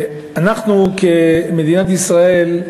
אנחנו, כמדינת ישראל,